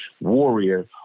warrior